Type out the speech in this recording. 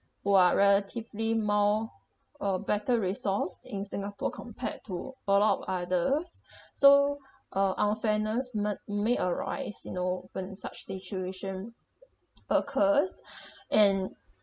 who are relatively more uh better resource in singapore compared to a lot of others so uh unfairness m~ may arise you know when in such situation occurs and